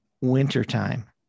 wintertime